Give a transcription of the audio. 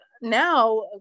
now